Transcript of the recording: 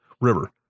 river